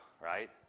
right